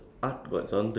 of books